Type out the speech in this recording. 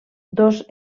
dos